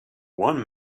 one